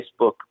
Facebook